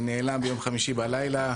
הוא נעלם ביום חמישי בלילה,